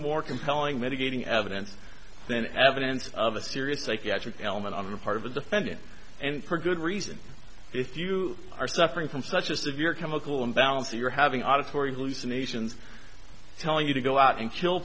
more compelling mitigating evidence than evidence of a serious psychiatric element on the part of a defendant and pretty good reason if you are suffering from such a severe chemical imbalance that you're having auditory hallucinations telling you to go out and kill